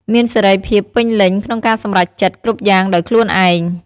មានសេរីភាពពេញលេញក្នុងការសម្រេចចិត្ត គ្រប់យ៉ាងដោយខ្លួនឯង។